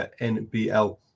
NBL